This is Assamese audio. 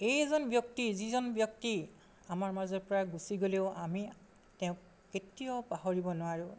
এই এজন ব্যক্তি যিজন ব্যক্তি আমাৰ মাজৰ পৰা গুচি গ'লেও আমি তেওঁক কেতিয়াও পাহৰিব নোৱাৰোঁ